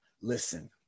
Listen